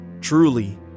Truly